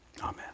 Amen